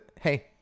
Hey